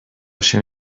się